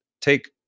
take